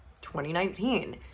2019